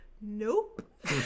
Nope